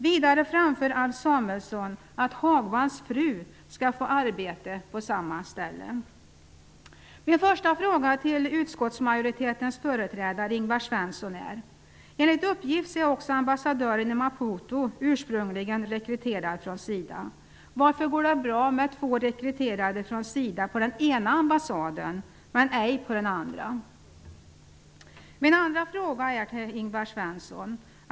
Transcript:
Vidare framför Alf Samuelsson att Hagwalls fru skall få arbete på samma ställe. Min första fråga till utskottsmajoritetens företrädare Ingvar Svensson är följande. Enligt uppgift är också ambassadören i Maputo ursprungligen rekryterad från SIDA. Varför går det bra med två rekryterade från SIDA på den ena ambassaden men ej på den andra? Mina nästkommande frågor till Ingvar Svensson är följande.